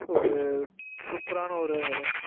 ஒரு சூப்பரான ஒரு